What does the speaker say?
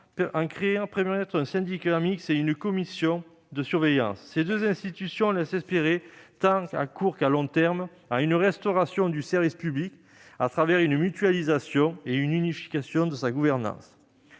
la création d'un syndicat mixte et d'une commission de surveillance. Ces deux institutions laissent espérer, tant à court qu'à long terme, une restauration du service public au travers d'une mutualisation et d'une unification de sa gouvernance.